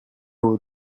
will